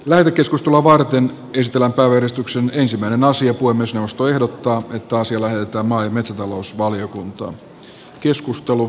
lähetekeskustelua varten ystävä ohjeistuksen ensimmäinen asia kuin myös puhemiesneuvosto ehdottaa että asia lähetetään maa ja metsätalousvaliokuntaan